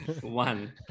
One